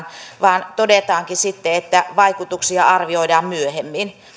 vaan todetaankin sitten että vaikutuksia arvioidaan myöhemmin